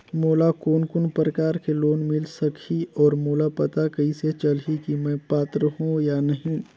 मोला कोन कोन प्रकार के लोन मिल सकही और मोला पता कइसे चलही की मैं पात्र हों या नहीं?